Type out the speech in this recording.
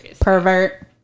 pervert